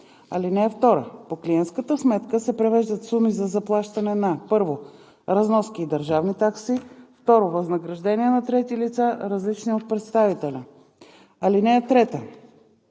(2) По клиентската сметка се превеждат суми за заплащане на: 1. разноски и държавни такси; 2. възнаграждения на трети лица, различни от представителя. (3)